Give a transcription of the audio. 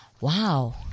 Wow